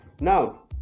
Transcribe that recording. now